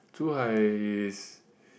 Zhu-hai is